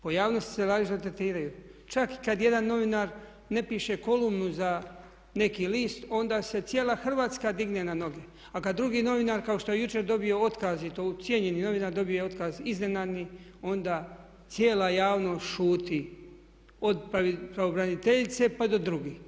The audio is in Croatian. Pojavljuju se ali različito tretiraju, čak i kad jedan novinar ne piše kolumnu za neki list onda se cijela Hrvatska digne na noge a kad drugi novinar kao što je jučer dobio otkaz i to cijenjeni novinar dobio otkaz iznenadni onda cijela javnost šuti od pravobraniteljice pa do drugih.